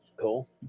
Cool